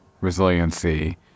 resiliency